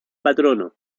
patrono